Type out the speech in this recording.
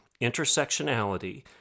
intersectionality